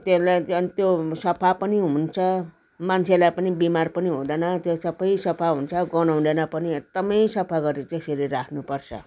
त्यसले त्यो सफा पनि हुन्छ मान्छेलाई पनि बिमार पनि हुँदैन त्यो सबै सफा हुन्छ गनाउँदैन पनि एकदमै सफा गरेर त्यसरी राख्नुपर्छ